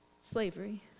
slavery